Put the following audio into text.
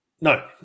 No